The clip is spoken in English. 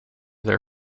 their